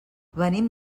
venim